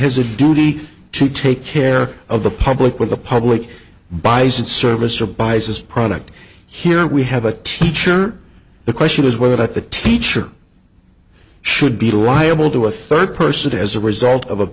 has a duty to take care of the public with the public buys a service or buys this product here we have a teacher the question is whether that the teacher should be liable to a third person as a result of